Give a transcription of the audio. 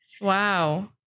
Wow